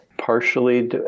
Partially